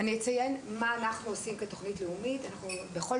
אני אציין מה אנחנו עושים במסגרת התוכנית הלאומית בכל